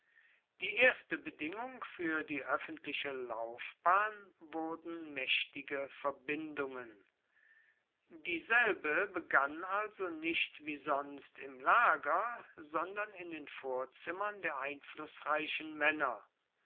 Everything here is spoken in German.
die erste bedingung für die öffentliche laufbahn wurden mächtige verbindungen dieselbe begann also nicht wie sonst im lager sondern in den vorzimmern der einflußreichen männer